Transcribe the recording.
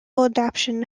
adaptation